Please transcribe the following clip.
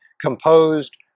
composed